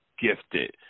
gifted